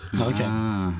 okay